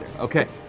okay.